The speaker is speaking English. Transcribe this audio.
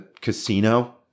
Casino